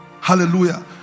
hallelujah